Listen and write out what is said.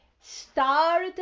start